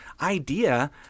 idea